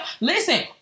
listen